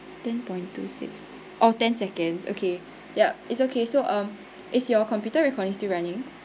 ten point two six oh ten seconds okay yup it's okay so um is your computer recording still running